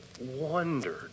wondered